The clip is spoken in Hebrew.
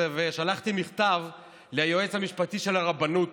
ושלחתי מכתב ליועץ המשפטי של הרבנות